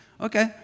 Okay